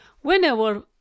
whenever